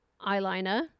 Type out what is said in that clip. eyeliner